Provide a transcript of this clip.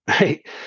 right